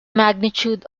magnitude